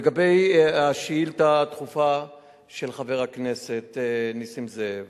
לגבי השאילתא הדחופה של חבר הכנסת נסים זאב,